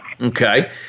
Okay